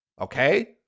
okay